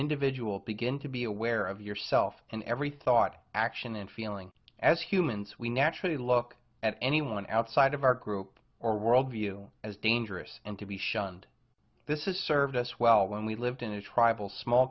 individual begin to be aware of yourself in every thought action and feeling as humans we naturally look at anyone outside of our group or world view as dangerous and to be shunned this is served us well when we lived in a tribal small